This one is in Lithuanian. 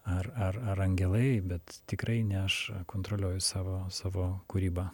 ar ar ar angelai bet tikrai ne aš kontroliuoju savo savo kūrybą